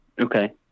Okay